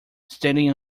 standing